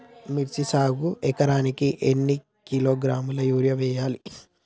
మిర్చి సాగుకు ఎకరానికి ఎన్ని కిలోగ్రాముల యూరియా వేయాలి?